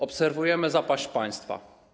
Obserwujemy zapaść państwa.